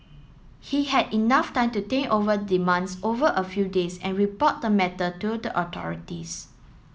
he had enough time to think over demands over a few days and report the matter to the authorities